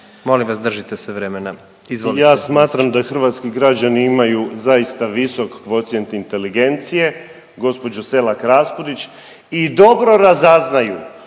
**Piletić, Marin (HDZ)** Ja smatram da hrvatski građani imaju zaista visok kvocijent inteligencije gospođo Selak Raspudić i dobro razaznaju